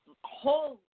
whole